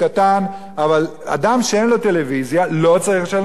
אבל אדם שאין לו טלוויזיה לא צריך לשלם אגרת טלוויזיה,